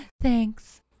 Thanks